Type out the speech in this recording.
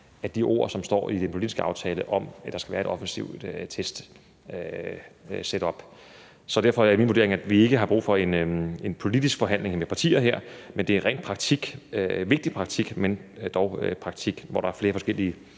af de ord, som står i den politiske aftale, om, at der skal være et offensivt testsetup. Så derfor er min vurdering, at vi ikke har brug for en politisk forhandling med partier her, men at det er rent praktik – vigtig praktik, men dog praktik – hvor der er flere forskellige